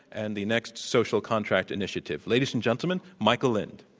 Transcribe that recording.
and the next social contract initiative. ladies and gentlemen, michael lind.